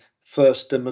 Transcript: first